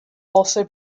also